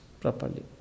properly